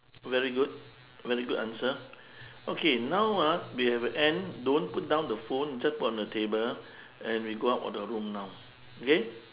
very good very good answer okay now ah we have end don't put down the phone just put on the table and we go out of the room now okay